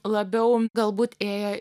labiau galbūt ėjo